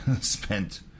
spent